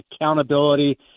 accountability